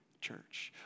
church